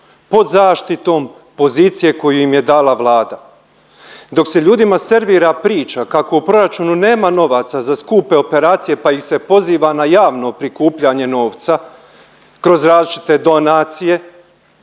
pod zaštitom pozicije koju im je dala Vlada. Dok se ljudima servira priča kako u proračunu nema novaca za skupe operacije pa ih se poziva na javno prikupljanje novca, kroz različite donacije,